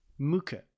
muke